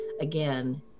again